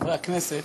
חברי הכנסת,